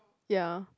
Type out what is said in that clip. ya